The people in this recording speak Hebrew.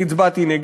אני הצבעתי נגד.